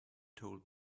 told